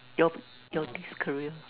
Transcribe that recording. your your this career